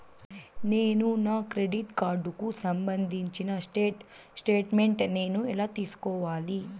నేను నా క్రెడిట్ కార్డుకు సంబంధించిన స్టేట్ స్టేట్మెంట్ నేను ఎలా తీసుకోవాలి?